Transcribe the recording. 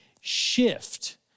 shift